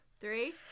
three